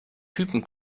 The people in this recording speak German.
typen